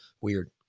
Weird